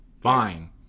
Fine